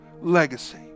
legacy